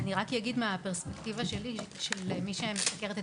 אני רק אגיד מהפרספקטיבה שלי כמי שמסקרת את